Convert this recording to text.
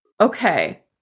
Okay